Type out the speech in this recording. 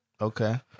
Okay